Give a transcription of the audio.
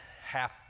half